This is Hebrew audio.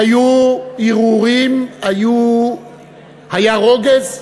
היו הרהורים, היה רוגז.